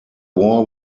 war